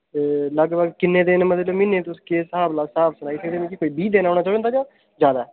ते लगभग किन्ने दिन मतलब म्हीने च तुस केह् स्हाब स्हाब सनाई सकदे मिगी बीह् दिन औना होंदा जां ज्यादा